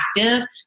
active